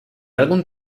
algún